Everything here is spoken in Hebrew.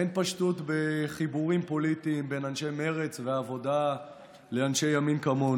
אין פשטות בחיבורים פוליטיים בין אנשי מרצ והעבודה לאנשי ימין כמונו.